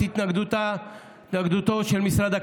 את התנגדותו של משרד הכלכלה.